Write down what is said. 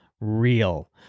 real